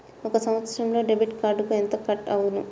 ఒక సంవత్సరంలో డెబిట్ కార్డుకు ఎంత కట్ అగును?